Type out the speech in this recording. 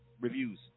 reviews